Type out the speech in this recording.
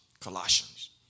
Colossians